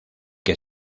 que